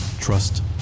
trust